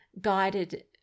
guided